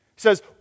says